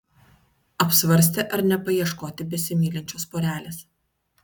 apsvarstė ar nepaieškoti besimylinčios porelės